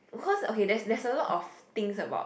because okay there's there's a lot of things about